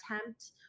attempt